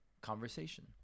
conversation